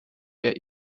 der